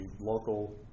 local